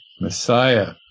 Messiah